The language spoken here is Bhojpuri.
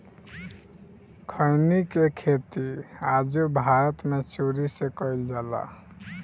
खईनी के खेती आजो भारत मे चोरी से कईल जाला